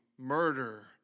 murder